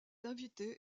invité